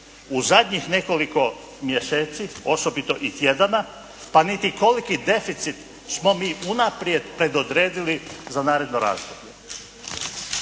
u zadnjih nekoliko mjeseci, osobito i tjedana pa niti koliki deficit smo mi unaprijed predodredili za naredno razdoblje.